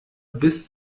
bis